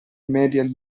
medie